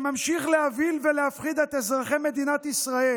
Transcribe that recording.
שממשיך להבהיל ולהפחיד את אזרחי מדינת ישראל